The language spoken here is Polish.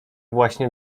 właśnie